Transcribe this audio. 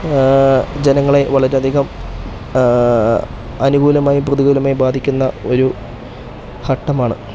ജനങ്ങളെ വളരെ അധികം അനുകൂലമായും പ്രതികൂലമായും ബാധിക്കുന്ന ഒരു ഘട്ടമാണ്